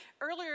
Earlier